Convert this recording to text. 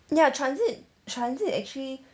ya transit transit actually